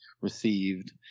received